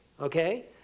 okay